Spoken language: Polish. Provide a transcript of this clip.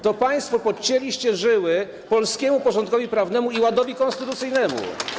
To państwo podcięliście żyły polskiemu porządkowi prawnemu i ładowi konstytucyjnemu.